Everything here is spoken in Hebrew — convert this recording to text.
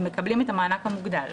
הם מקבלים את המענק המוגדל.